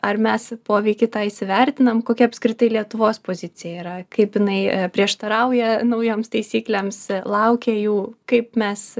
ar mes poveikį tą įsivertinam kokia apskritai lietuvos pozicija yra kaip jinai prieštarauja naujoms taisyklėms laukia jų kaip mes